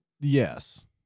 Yes